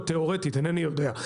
תיאורטית זה יכול להיות, אינני יודע.